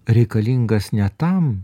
reikalingas ne tam